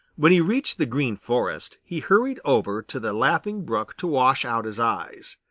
when he reached the green forest he hurried over to the laughing brook to wash out his eyes.